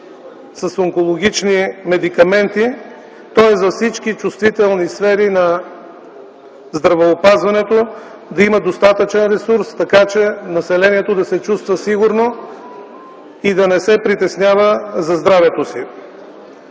с онкологични медикаменти, тоест за всички чувствителни сфери на здравеопазването да има достатъчен ресурс, така че населението да се чувства сигурно и да не се притеснява за здравето си.